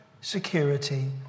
security